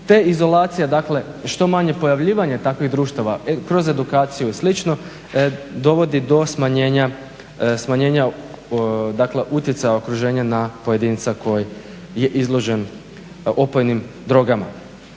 Te izolacija, dakle što manje pojavljivanja takvih društava kroz edukaciju i slično, dovodi do smanjenja, dakle utjecaja okruženja na pojedinca koji je izložen opojnim drogama.